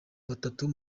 batatu